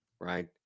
right